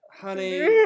Honey